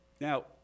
Now